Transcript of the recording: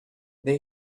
they